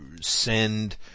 send